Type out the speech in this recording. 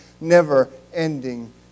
never-ending